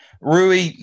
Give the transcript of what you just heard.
Rui